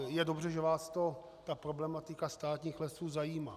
Je dobře, že vás problematika státních lesů zajímá.